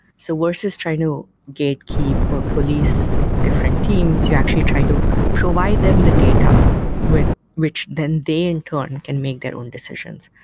so we're just trying to gatekeep or police different teams. you actually try to provide them the data with which then they in turn can make their own decisions,